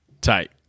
Tight